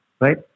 right